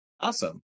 Awesome